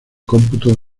cómputo